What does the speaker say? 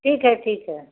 ठीक है ठीक है